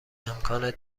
امکان